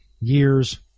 years